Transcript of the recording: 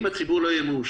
אם הציבור לא יהיה ממושמע,